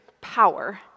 power